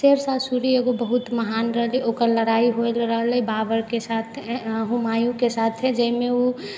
शेरशाह सूरी एगो बहुत महान रहलै ओकर लड़ाई होले रहलै बाबरके साथ हुमाँयूके साथे जाहिमे उ